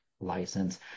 license